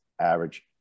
average